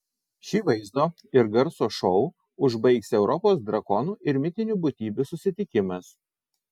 šį vaizdo ir garso šou užbaigs europos drakonų ir mitinių būtybių susitikimas